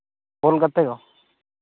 ᱵᱚᱞ ᱜᱟᱛᱮ ᱫᱚ